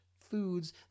foods